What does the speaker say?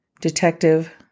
Detective